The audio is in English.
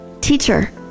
Teacher